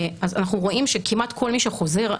אנחנו רואים שכמעט כל מי שחוזר,